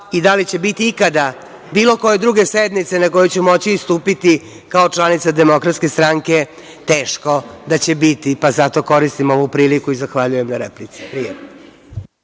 i da li će biti ikada bilo koje druge sednice na kojoj ću moći istupiti kao članica DS, teško da će biti, pa zato koristim ovu priliku i zahvaljujem na replici.